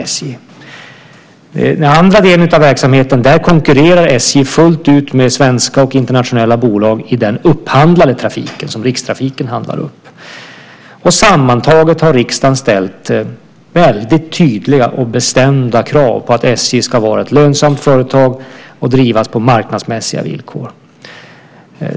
När det gäller den andra delen av verksamheten konkurrerar SJ fullt ut med svenska och internationella bolag i den upphandlade trafiken som Rikstrafiken handlar upp. Sammantaget har riksdagen ställt väldigt tydliga och bestämda krav på att SJ ska vara ett lönsamt företag och drivas på marknadsmässiga villkor.